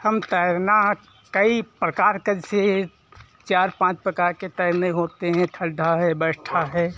हम तैरना है कई प्रकार कैसे चार पाँच प्रकार के तैरने होते हैं खड्डा है बैठा है